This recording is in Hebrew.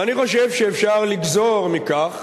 ואני חושב שאפשר לגזור מכך